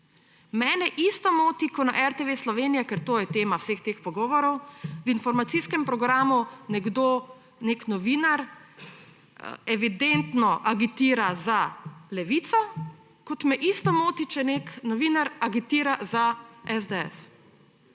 Mene isto moti, ko na RTV Slovenija, ker to je tema vseh teh pogovorov, v informacijskem programu nekdo, nek novinar evidentno agitira za Levico, kot me isto moti, če nek novinar agitira za SDS.